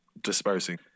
dispersing